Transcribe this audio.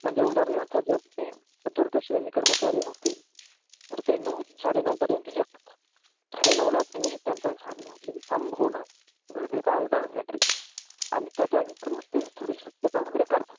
म्हणजे उदाहरणार्थ जर तुम्ही चतुर्थश्रेणी कर्मचारी असतील तर ते नऊ साडे नऊपर्यंत येतात साडे नऊला त्यांनी त्यांचा साडे नऊपर्यंत थंब होणं गरजेच आहे बायोमेट्रिक आणि त्याच्यानंतर मग ते थोडी स्वच्छता वगैरे करतात